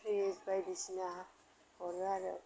fridge बायदिसिना हरो आरो